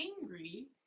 angry